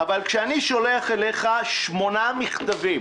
אבל כשאני שולח אליך שמונה מכתבים